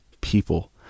people